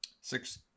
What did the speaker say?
Six